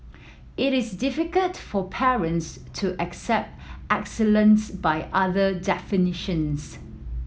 it is difficult for parents to accept excellence by other definitions